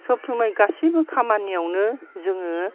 सबसमाय गासैबो खामानियावनो जोङो